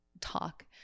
talk